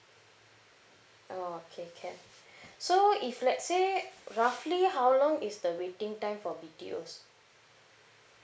oh okay can so if let's say roughly how long is the waiting time for B_T_O's